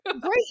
Great